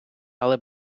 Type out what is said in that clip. але